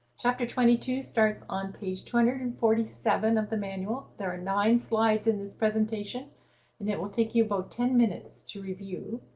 chapter twenty two starts on page two hundred and forty seven of the manual. there are nine slides in this presentation and it will take you about ten minutes to review.